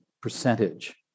percentage